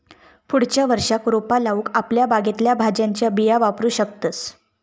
पुढच्या वर्षाक रोपा लाऊक आपल्या बागेतल्या भाज्यांच्या बिया वापरू शकतंस